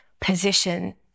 position